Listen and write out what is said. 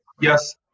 Yes